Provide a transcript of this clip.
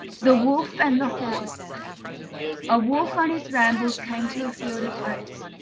the wolf and the horse a wolf on his rambles came to a field of oats,